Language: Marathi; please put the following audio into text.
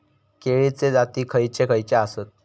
केळीचे जाती खयचे खयचे आसत?